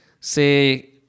say